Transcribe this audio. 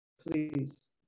Please